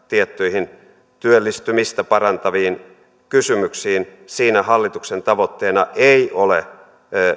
tiettyihin työllistymistä parantaviin kysymyksiin hallituksen tavoitteena ei ole